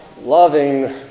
Loving